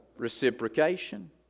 reciprocation